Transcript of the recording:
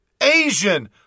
Asian